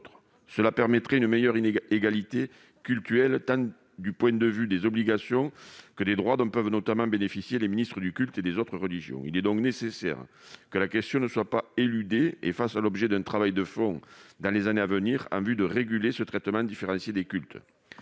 permettrait une meilleure égalité cultuelle, tant du point de vue des obligations que des droits dont peuvent notamment bénéficier les ministres du culte des autres religions. Il est donc nécessaire que la question ne soit pas éludée et fasse l'objet d'un travail de fond dans les années à venir, en vue de régler ce traitement différencié des cultes.